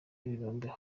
n’inzara